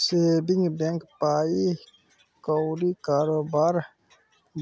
saving bank पाइ कौरी कारोबार